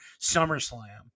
SummerSlam